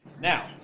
Now